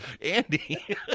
andy